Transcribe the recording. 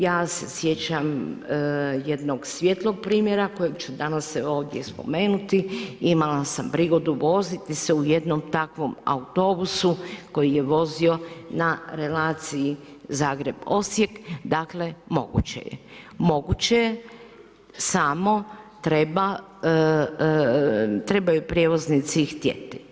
Ja se sjećam jednog svijetlog primjera kojeg ću danas ovdje spomenuti, imala sam prigodu voziti se u jednom takvom autobusu koji je vozio na relaciji Zagreb-Osijek, dakle moguće je, moguće je samo trebaju prijevoznici htjeti.